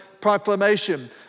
proclamation